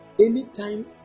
Anytime